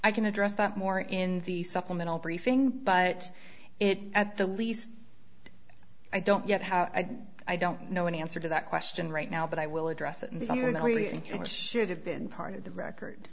i can address that more in the supplemental briefing but it at the least i don't yet have i don't know any answer to that question right now but i will address it in something that really should have been part of the record